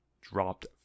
dropped